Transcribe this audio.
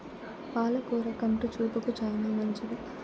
పాల కూర కంటి చూపుకు చానా మంచిది